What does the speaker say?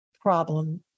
problem